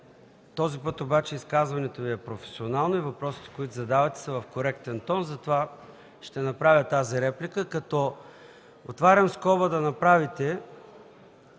Този път обаче изказването Ви е професионално и въпросите, които задавате са в коректен тон, затова ще направя тази реплика, като отварям скоба – да направите